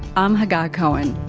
i'm hagar cohen